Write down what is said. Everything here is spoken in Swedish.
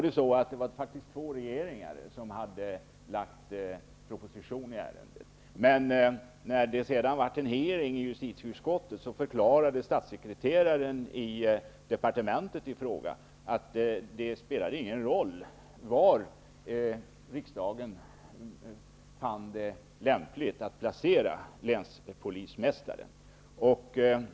Det var faktiskt två regeringar som hade lagt fram proposition i ärendet. Men när det blev en hearing i justitieutskottet, förklarade statssekreteraren i departementet i fråga att det inte spelade någon roll var riksdagen fann det lämpligt att placera länspolismästaren.